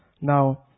Now